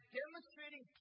demonstrating